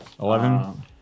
Eleven